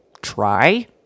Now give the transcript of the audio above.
try